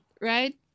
Right